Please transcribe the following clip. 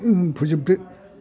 फोजोबदो